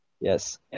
Yes